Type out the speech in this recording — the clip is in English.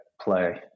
play